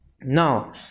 Now